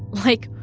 like,